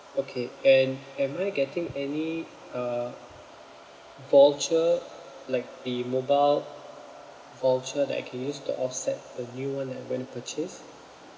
okay and am I getting any uh voucher like the mobile voucher that I can use to offset the new one that I'm going to purchase